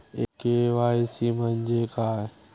KYC म्हणजे काय?